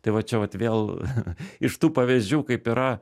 tai va čia vat vėl iš tų pavyzdžių kaip yra